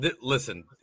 listen